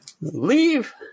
leave